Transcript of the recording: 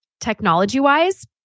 technology-wise